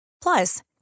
Plus